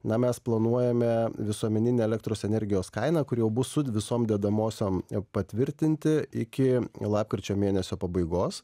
na mes planuojame visuomeninę elektros energijos kainą kuri jau bus su visom dedamosiom patvirtinti iki lapkričio mėnesio pabaigos